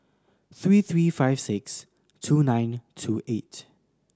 three three five six two nine two eight